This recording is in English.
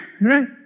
right